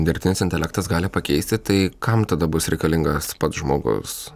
dirbtinis intelektas gali pakeisti tai kam tada bus reikalingas pats žmogus